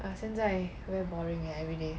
!aiya! 现在 very boring eh everyday